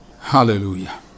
Hallelujah